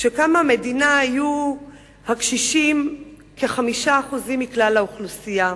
כשקמה המדינה היו הקשישים כ-5% מכלל האוכלוסייה.